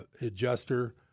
adjuster